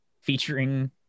Featuring